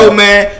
man